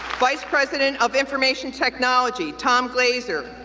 vice president of information technology tom glaser,